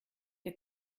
der